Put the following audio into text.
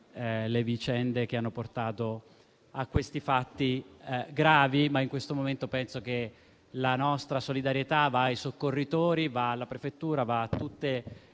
le vicende che hanno portato agli odierni fatti gravi. In questo momento la nostra solidarietà va ai soccorritori, alla prefettura e a tutte le